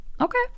Okay